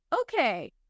okay